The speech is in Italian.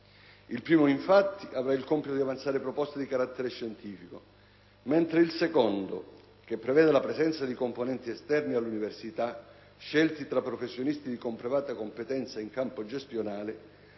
il primo, infatti, avrà il compito di avanzare proposte di carattere scientifico, mentre il secondo (che prevede la presenza di componenti esterni all'università scelti tra professionisti di «comprovata competenza in campo gestionale»)